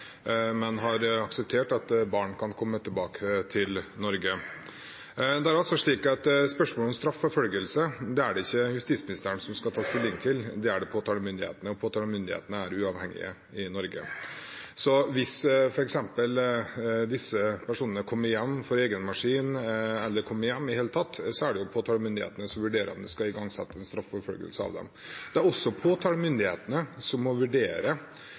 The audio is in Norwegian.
men har akseptert at barn kan komme tilbake til Norge. Spørsmål om straffeforfølgelse er det ikke justisministeren som skal ta stilling til, men påtalemyndighetene. Påtalemyndighetene er uavhengige i Norge. Hvis f.eks. disse personene kommer hjem for egen maskin, eller kommer hjem i det hele tatt, er det påtalemyndighetene som vurderer om det skal igangsettes straffeforfølgelse av dem. Det er også påtalemyndighetene som må vurdere